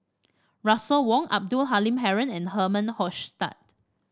Russel Wong Abdul Halim Haron and Herman Hochstadt